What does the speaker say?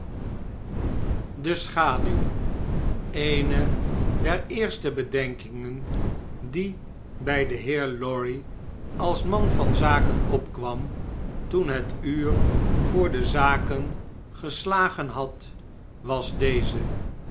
de schaduw eene der eerste bedenkingen die bh den heer lorry als man van zaken opkwam toen het uur voor de zaken geslagen had was deze